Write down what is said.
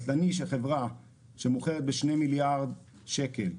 חברה שמוכרת בשני מיליארד שקלים,